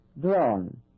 drawn